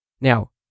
Now